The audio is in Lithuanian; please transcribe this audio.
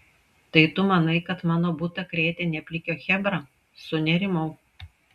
tai tu manai kad mano butą krėtė ne plikio chebra sunerimau